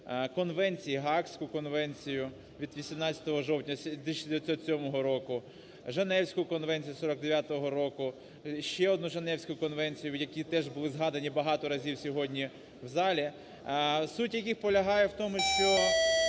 конвенції, Гаазьку конвенцію від 18 жовтня 1907 року, Женевську конвенція 1949 року, ще одну Женевську конвенцію, які теж були згадані багато разів сьогодні в залі. Суть яких полягає в тому, що